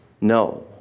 No